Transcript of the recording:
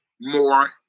more